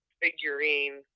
figurine